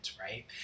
right